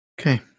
Okay